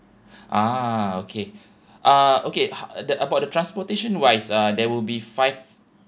ah okay uh okay ho~ the about the transportation wise uh there will be five